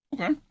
Okay